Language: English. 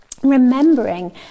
Remembering